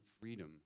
freedom